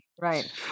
Right